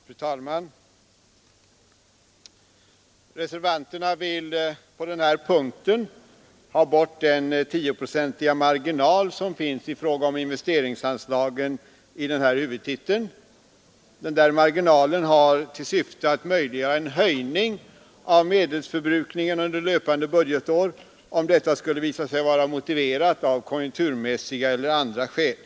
Nr 43 Fru talman! Reservanterna vill på den här punkten ha bort den Onsdagen den tioprocentiga marginal som finns i fråga om investeringsanslagen inom 14 mars 1973 kommunikationshuvudtiteln. Marginalen har till syfte att möjliggöra en Inyesterinkilan för höjning av medelsförbrukningen under löpande budgetår, om detta skulle nvesteringsplan för visa sig motiverat av konjunkturmässiga och andra skäl.